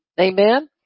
Amen